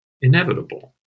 inevitable